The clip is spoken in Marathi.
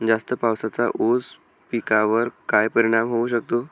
जास्त पावसाचा ऊस पिकावर काय परिणाम होऊ शकतो?